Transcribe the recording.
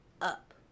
up